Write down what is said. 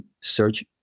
search